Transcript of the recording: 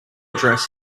dress